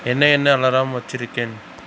என்ன என்ன அலாரம் வச்சிருக்கேன்